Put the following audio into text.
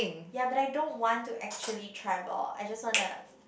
ya but I don't want to actually travel I just wanna